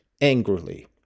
angrily